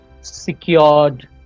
secured